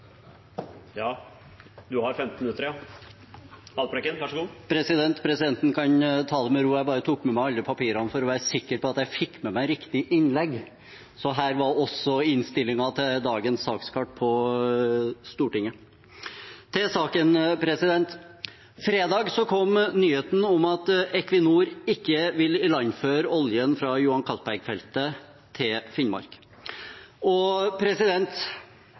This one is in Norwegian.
har 15 minutter, ja. Presidenten kan ta det med ro. Jeg tok bare med meg alle papirene for å være sikker på at jeg fikk med meg riktig innlegg. Her er også innstillingen til dagens sakskart på Stortinget. Til saken: På fredag kom nyheten om at Equinor ikke vil ilandføre oljen fra Johan Castberg-feltet til Finnmark.